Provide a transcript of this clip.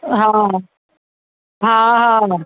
हा हा हा